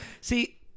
See